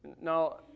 Now